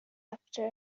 after